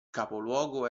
capoluogo